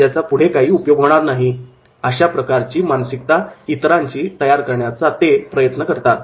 याचा काहीच उपयोग होणार नाही' अशा प्रकारची करण्याचा प्रयत्न करतात